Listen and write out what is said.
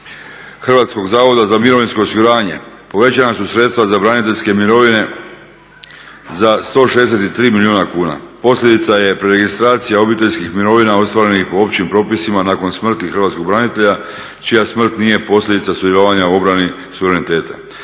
Hrvatskog zavoda za mirovinsko osiguranje povećana su sredstva za braniteljske mirovine za 163 milijuna kuna. Posljedica je preregistracija obiteljskih mirovina ostvarenih po općim propisima nakon smrti hrvatskog branitelja čija smrt nije posljedica sudjelovanja u obrani suvereniteta,